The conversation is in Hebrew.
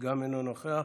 גם אינו נוכח.